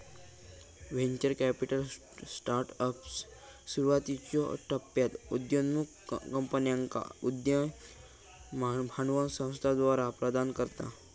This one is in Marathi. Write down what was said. व्हेंचर कॅपिटल स्टार्टअप्स, सुरुवातीच्यो टप्प्यात उदयोन्मुख कंपन्यांका उद्यम भांडवल संस्थाद्वारा प्रदान करता